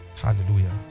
hallelujah